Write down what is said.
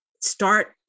Start